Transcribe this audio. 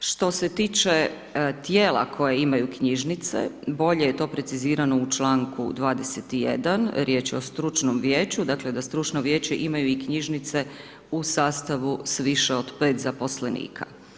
Što se tiče tijela koje imaju knjižnice, bolje je to precizirano u čl. 21, riječ je o stručnom vijeću, dakle da stručno vijeće imaju i knjižnice u sastavu s više od 5 zaposlenika.